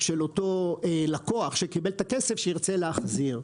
של אותו לקוח שקיבל את הכסף שירצה להחזיר.